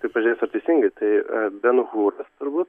tai pažiūrėsiu ar teisėtai tai ben huras turbūt